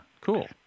Cool